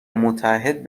متعهد